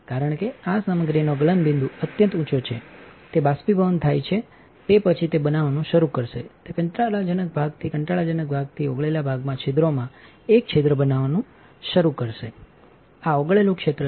કારણ કે આ સામગ્રીનો ગલનબિંદુ અત્યંત isંચો છે તેબાષ્પીભવન થાય તે પછી તે બનાવવાનુંશરૂ કરશે તેકંટાળાજનક ભાગથી કંટાળાજનક ભાગથી ઓગળેલા ભાગમાં છિદ્રોમાંએકછિદ્રબનાવવાનું શરૂકરશે આ ઓગળેલું ક્ષેત્ર છે